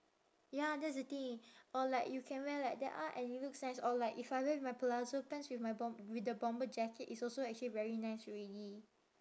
ya that's the thing or like you can wear like that ah and it looks nice or like if I wear with my palazzo pants with my bomb~ with the bomber jacket it's also actually very nice already